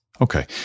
Okay